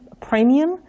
premium